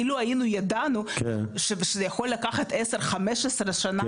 אילו ידענו שזה יכול לקחת 15-20 שנים,